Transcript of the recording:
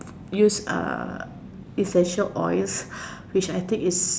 use uh essential oils which I think is